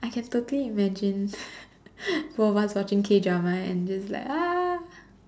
I can totally imagine both of us watching K-drama and just like ah